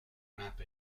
map